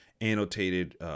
annotated